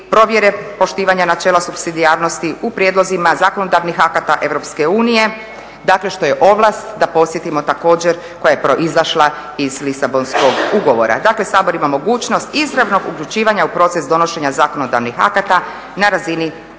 provjere poštivanja načela supsidijarnosti u prijedlozima zakonodavnih akata Europske unije, dakle što je ovlast da podsjetimo također koja je proizašla iz Lisabonskog ugovora. Dakle Sabor ima mogućnost izravnog uključivanja u proces donošenja zakonodavnih akata na razini